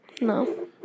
No